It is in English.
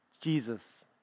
Jesus